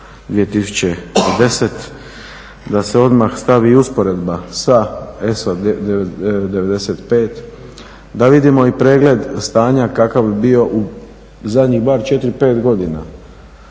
2010 da se odmah stavi i usporedba sa ESO 95 da vidimo i pregled stanja kakav je bio u zadnjih bar četiri,